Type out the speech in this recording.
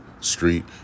Street